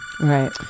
right